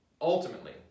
Ultimately